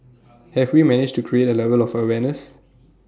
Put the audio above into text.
have we managed to create A level of awareness